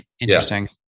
Interesting